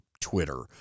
Twitter